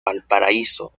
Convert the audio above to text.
valparaíso